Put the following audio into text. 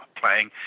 playing